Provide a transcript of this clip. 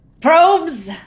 Probes